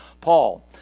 Paul